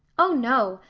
oh, no,